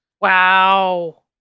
Wow